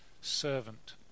servant